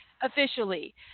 Officially